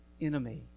enemy